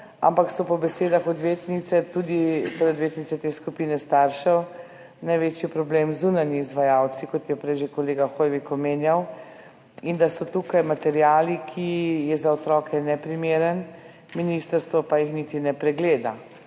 ampak so po besedah odvetnice, torej odvetnice te skupine staršev, največji problem zunanji izvajalci, kot je prej omenjal že kolega Hoivik, in da so tukaj materiali, ki so za otroke neprimerni, ministrstvo pa jih niti ne pregleda,